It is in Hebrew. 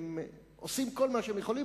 הם עושים כל מה שהם יכולים,